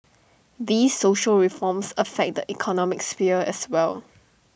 these social reforms affect the economic sphere as well